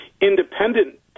independent